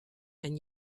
and